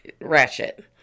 Ratchet